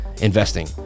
investing